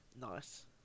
Nice